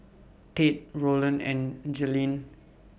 Tate Roland and Jailene